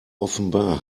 offenbar